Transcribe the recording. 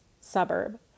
suburb